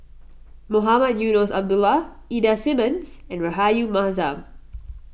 Mohamed Eunos Abdullah Ida Simmons and Rahayu Mahzam